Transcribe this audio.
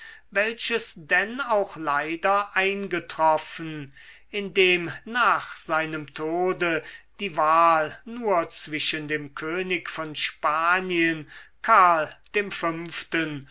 welches denn auch leider eingetroffen indem nach seinem tode die wahl nur zwischen dem könig von spanien karl dem fünften